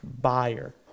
buyer